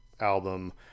album